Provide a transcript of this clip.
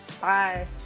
Bye